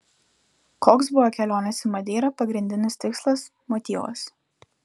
koks buvo kelionės į madeirą pagrindinis tikslas motyvas